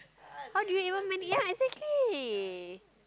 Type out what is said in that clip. how do you even many yea exactly